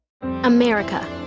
America